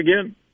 again